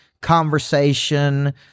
conversation